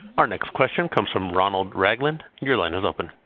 our next question comes from ronald ragland. your line is open.